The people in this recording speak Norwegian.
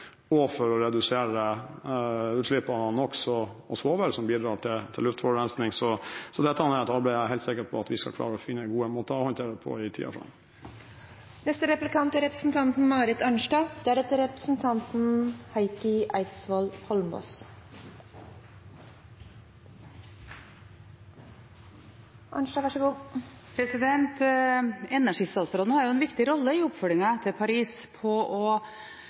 og for å redusere utslippene av NOx og svovel, som bidrar til luftforurensning, så dette er jeg helt sikker på at vi skal klare å finne gode måter å håndtere på i tiden framover. Energistatsråden har en viktig rolle i oppfølgingen etter Paris med å styrke utbyggingen av og drivkreftene for fornybar energi. Det er på mange måter en koordinerende rolle